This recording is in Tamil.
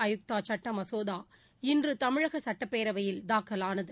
ஆயுக்தாசட்ட மசோதா இன்று தமிழக சட்டப்பேரவையில் தாக்கலானது